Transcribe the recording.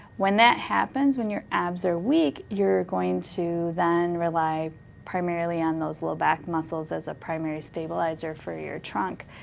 when that happens, when your abs are weak, you're going to then rely primarily on those low back muscles as a primary stabilizer for your trunk.